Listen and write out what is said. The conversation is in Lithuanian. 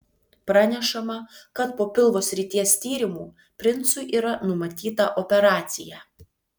pranešama kad po pilvo srities tyrimų princui yra numatyta operacija